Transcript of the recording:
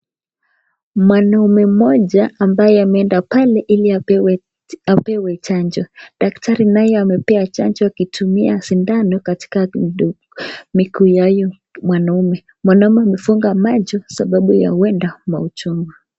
Mwanaume mmoja ambaye ameenda pale ili apewe chanjo. Daktari naye amempea chanjo akitumia sindano katika kumdunga mikono ya huyo mwanaume. Mwanaume amefunga macho sababu ya huenda uchungu.